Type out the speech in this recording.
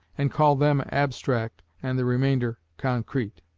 and call them abstract and the remainder concrete.